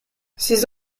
ses